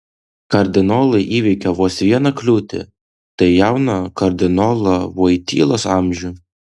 kardinolai įveikė vos vieną kliūtį tai jauną kardinolo voitylos amžių